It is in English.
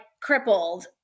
crippled